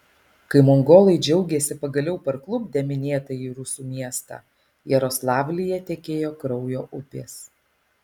kai mongolai džiaugėsi pagaliau parklupdę minėtąjį rusų miestą jaroslavlyje tekėjo kraujo upės